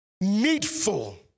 needful